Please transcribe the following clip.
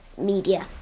media